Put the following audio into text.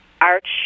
Arch